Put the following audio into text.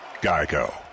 Geico